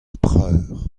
preur